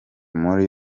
muri